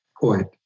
point